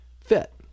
fit